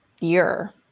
year